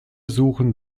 suchen